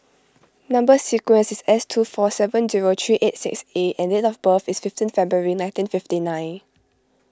Number Sequence is S two four seven zero three eight six A and date of birth is fifteen February nineteen fifty nine